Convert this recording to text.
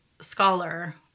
scholar